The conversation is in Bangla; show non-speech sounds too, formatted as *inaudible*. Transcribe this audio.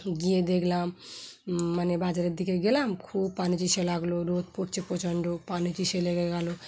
গিয়ে দেখলাম মানে বাজারের দিকে গেলাম খুব পানি তৃষ্ণা লাগলো রোদ পড়ছে প্রচণ্ড পানি *unintelligible* লেগে গেলো